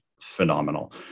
phenomenal